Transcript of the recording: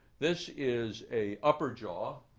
this is a upper jaw.